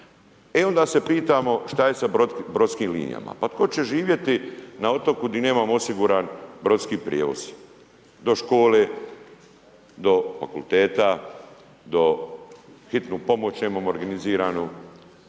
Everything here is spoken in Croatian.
E, onda se pitamo šta je sa brodskim linijama? Pa tko će živjeti na otoku gdje nemamo osiguran brodski prijevoz do škole, do fakulteta, hitnu pomoć nemamo organiziranu,